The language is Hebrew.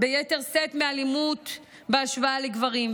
ביתר שאת מאלימות בהשוואה לגברים,